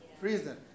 Prison